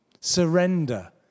surrender